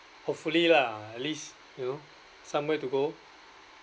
hopefully lah at least you know somewhere to go